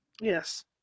Yes